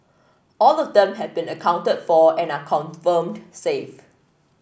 all of them have been accounted for and are confirmed safe